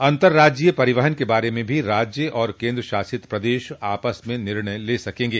अन्तर्राज्यीय परिवहन के बारे में भी राज्य और केन्द्र शासित प्रदेश आपस में निर्णय ले सकेंगे